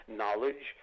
knowledge